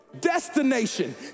destination